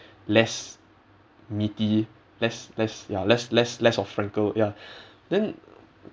less meaty less less ya less less less of frankel ya then